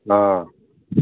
ꯑꯥ